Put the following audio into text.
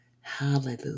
Hallelujah